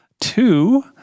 Two